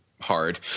hard